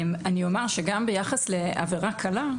אני אומר שגם ביחס לעבירה קלה,